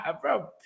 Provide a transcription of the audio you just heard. Bro